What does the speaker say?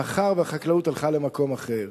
מאחר שהחקלאות הלכה למקום אחר,